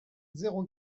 zéro